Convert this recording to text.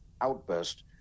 outburst